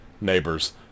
neighbors